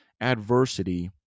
adversity